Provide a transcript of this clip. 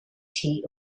tea